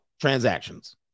transactions